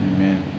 Amen